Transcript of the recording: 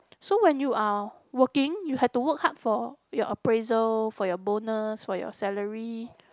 so when you are working you have to work hard for your appraisal for your bonus for your salary